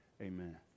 Amen